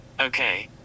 Okay